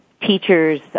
teachers